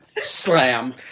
Slam